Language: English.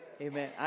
Amen